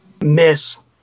Miss